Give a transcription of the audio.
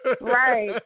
Right